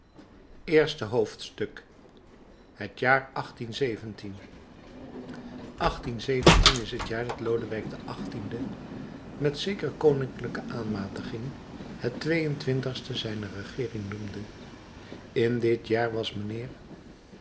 eerste hoofdstuk het jaar is het jaar dat lodewijk xviii met een zeker koninklijke aanmatiging het twee-en-twintigste zijner regeering noemde in dit jaar was mijnheer